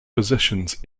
positions